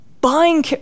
buying